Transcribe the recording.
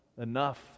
enough